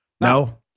No